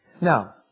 Now